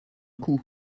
coup